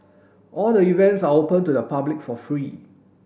all the events are open to the public for free